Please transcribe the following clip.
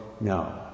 no